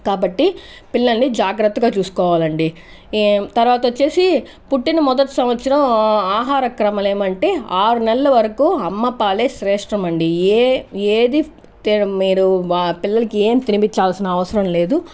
కాబట్టి పిల్లల్ని జాగ్రత్తగా చూసుకోవాలండి తర్వాత వచ్చేసి పుట్టిన మొదటి సంవత్సరం ఆహార క్రమాలు ఏమంటే ఆరు నెలల వరకు అమ్మపాలే శ్రేష్ట మండి ఏ ఏది మీరు పిల్లలకి ఏది తినిపించాల్సిన అవసరం లేదు